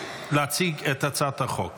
להציג את הצעת החוק